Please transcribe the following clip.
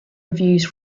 reviews